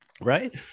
right